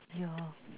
ya